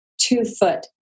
two-foot